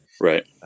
Right